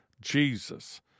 Jesus